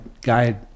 guide